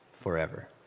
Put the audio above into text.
forever